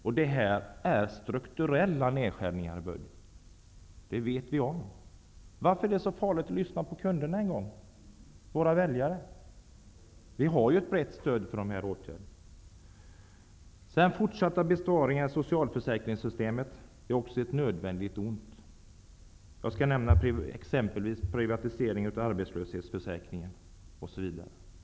Och detta är strukturella nedskärningar i budgeten, det vet vi. Varför är det så farligt att lyssna på våra kunder, våra väljare? Vi har ju ett brett stöd för de här åtgärderna. Fortsatta besparingar i socialförsäkringssystemet är också ett nödvändigt ont. Jag tar som exempel privatiseringen av arbetslöshetsförsäkringen.